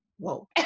whoa